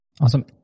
Awesome